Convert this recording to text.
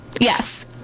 yes